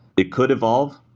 it could evolve,